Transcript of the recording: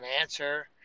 answer